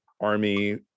army